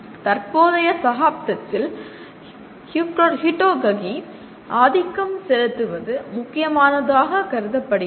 தற்போதைய சகாப்தத்தில் ஹூட்டாகோஜி ஆதிக்கம் செலுத்துவது முக்கியமானதாக கருதப்படுகிறது